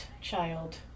child